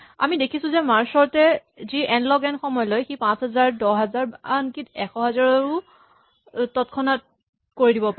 আমি দেখিছো যে মাৰ্জ চৰ্ট এ যি এন লগ এন সময় লয় সি ৫০০০ ১০০০০ বা আনকি ১০০০০০ ও তৎ ক্ষণাৎ কৰি দিব পাৰে